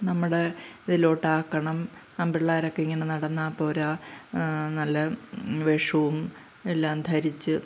നമ്മുടെ ഇതിലോട്ട് ആക്കണം ആൺപിള്ളേരൊക്കെ ഇങ്ങനെ നടന്നാൽ പോരാ നല്ല വേഷവും എല്ലാം ധരിച്ച്